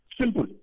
Simple